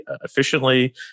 efficiently